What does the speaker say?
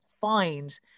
find